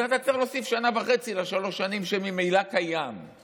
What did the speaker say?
אתה צריך להוסיף שנה וחצי לשלוש השנים שממילא קיימות.